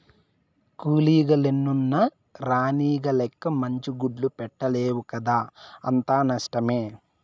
కూలీగ లెన్నున్న రాణిగ లెక్క మంచి గుడ్లు పెట్టలేవు కదా అంతా నష్టమే